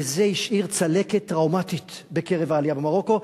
וזה השאיר צלקת טראומטית בקרב העלייה במרוקו.